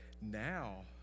Now